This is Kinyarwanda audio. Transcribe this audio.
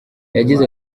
yagize